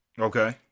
Okay